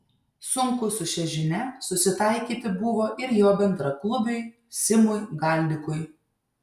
sunku su šia žinia susitaikyti buvo ir jo bendraklubiui simui galdikui